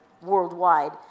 worldwide